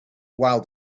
while